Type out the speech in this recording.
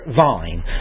vine